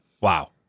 Wow